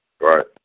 Right